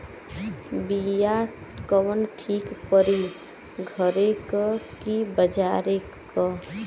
बिया कवन ठीक परी घरे क की बजारे क?